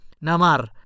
Namar